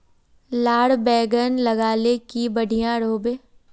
लार बैगन लगाले की बढ़िया रोहबे?